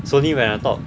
it's only when I talk